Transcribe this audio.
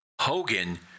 Hogan